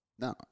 No